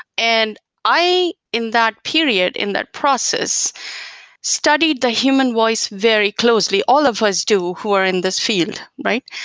and i, in that period, in that process studied the human voice very closely. all of us do who are in this field, right?